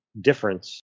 difference